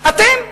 אתם.